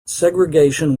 segregation